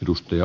dusty ja